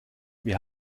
wir